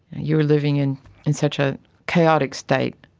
you were living in in such a chaotic state.